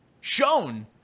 shown